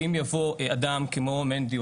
ואם יבוא אדם כמו מינדי,